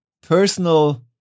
personal